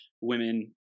women